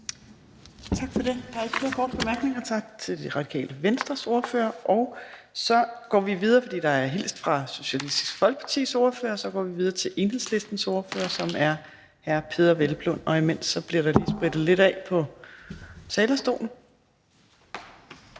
Tak for det. Der er ikke flere korte bemærkninger. Tak til Det Radikale Venstres ordfører. Der er hilst fra Socialistisk Folkepartis ordfører, og vi går videre til Enhedslistens ordfører, som er hr. Peder Hvelplund. Og imens bliver der lige sprittet lidt af på talerstolen.